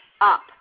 up